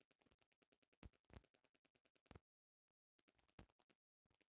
वैयक्तिक ब्रांड के बड़ स्तर पर निर्माण हो जाला